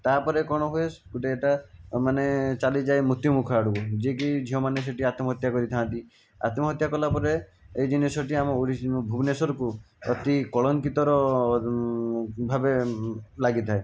ତାପରେ କଣ ହୁଏ ଗୋଟିଏ ଏହିଟା ମାନେ ଚାଲିଯାଏ ମୃତ୍ୟୁମୁଖ ଆଡ଼କୁ ଯିଏକି ଝିଅମାନେ ସେଠି ଆତ୍ମହତ୍ୟା କରିଥାନ୍ତି ଆତ୍ମହତ୍ୟା କଲା ପରେ ଏହି ଜିନିଷଟି ଆମ ଓଡ଼ି ଭୁବନେଶ୍ୱରକୁ ଅତି କଳଙ୍କିତର ଭାବେ ଲାଗିଥାଏ